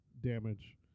damage